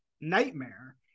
nightmare